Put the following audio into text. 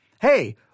hey